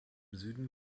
süden